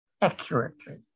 accurately